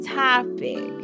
topic